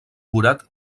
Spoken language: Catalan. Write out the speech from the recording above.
borat